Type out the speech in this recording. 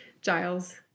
Giles